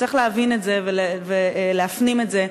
צריך להבין את זה ולהפנים את זה,